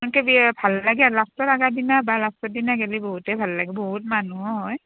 ইনকে ভাল লাগে লাষ্টৰ আগ দিনা বা লাষ্টৰ দিনা গ'লে বহুতে ভাল লাগে বহুত মানুহো হয়